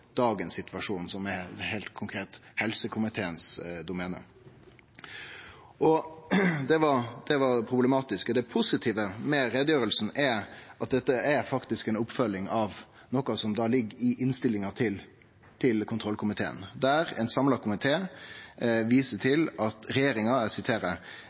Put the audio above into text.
dagens situasjon, som heilt konkret er helsekomiteen sitt domene. Det var det problematiske. Det positive med utgreiinga er at dette faktisk er ei oppfølging av noko som ligg i innstillinga til kontrollkomiteen, der ein samla komité viser